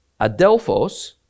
Adelphos